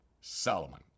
Solomon